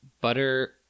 butter